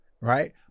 Right